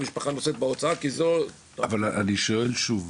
אז המשפחה נושאת בהוצאה כי זו --- אני שואל שוב,